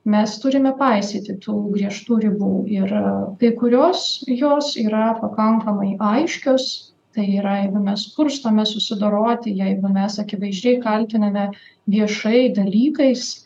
mes turime paisyti tų griežtų ribų ir kai kurios jos yra pakankamai aiškios tai yra jeigu mes kurstome susidoroti jeigu mes akivaizdžiai kaltiname viešai dalykais